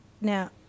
Now